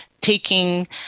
taking